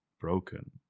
broken